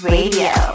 Radio